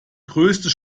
größte